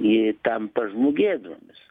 ji tampa žmogėdromis